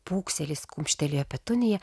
pūkselis kumštelėjo petuniją